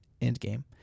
Endgame